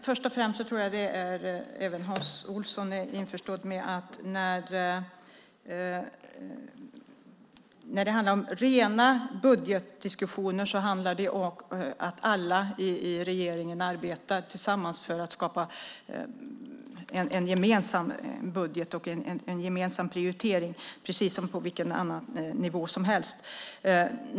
Herr talman! Jag tror att även Hans Olsson är införstådd med att i rena budgetdiskussioner arbetar alla i regeringen tillsammans för att skapa en gemensam budget och prioritering. Det är precis som på vilken annan nivå som helst.